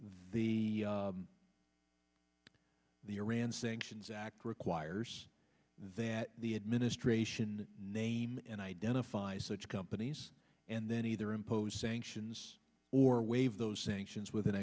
the the iran sanctions act requires that the administration name and identify such companies and then either impose sanctions or waive those sanctions with an